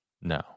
No